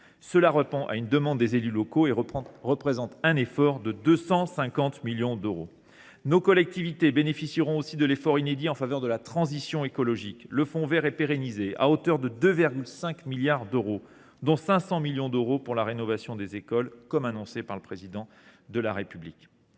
Cela répond à une demande des élus locaux et représente un effort de 250 millions d’euros. Nos collectivités territoriales bénéficieront aussi de l’effort inédit accompli en faveur de la transition écologique : le fonds vert est pérennisé à hauteur de 2,5 milliards d’euros, dont 500 millions d’euros pour la rénovation des écoles, comme annoncé par le Président de la République.